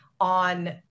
On